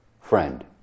friend